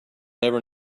never